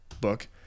book